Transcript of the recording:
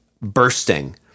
bursting